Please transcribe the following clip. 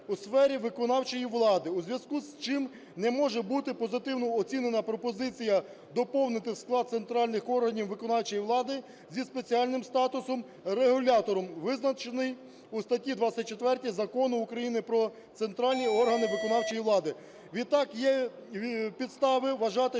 у сфері виконавчої влади, у зв'язку з чим не може бути позитивно оцінена пропозиція доповнити склад центральних органів виконавчої влади зі спеціальним статусом регулятором, визначений у статті 24 Закону України "Про центральні органи виконавчої влади". Відтак, є підстави вважати,